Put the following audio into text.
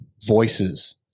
voices